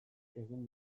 egin